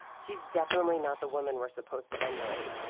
she's definitely not the woman we're supposed to emulate.